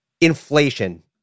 inflation